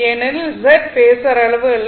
ஏனெனில் Z phasor அளவு இல்லை